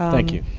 thank you,